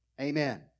Amen